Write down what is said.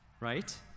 right